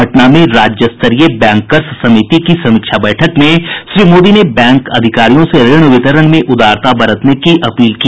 पटना में राज्यस्तरीय बैंकर्स समिति की समीक्षा बैठक में श्री मोदी ने बैंक अधिकारियों से ऋण वितरण में उदारता बरतने की अपील की